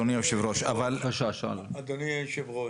אדוני היו"ר --- אדוני היו"ר,